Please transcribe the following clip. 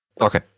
Okay